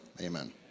Amen